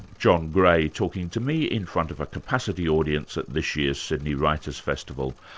john gray, talking to me in front of a capacity audience at this year's sydney writers festival.